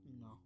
No